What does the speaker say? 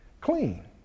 clean